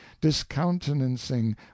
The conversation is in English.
discountenancing